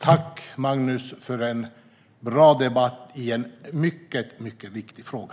Tack, Magnus, för en bra debatt i en mycket viktig fråga!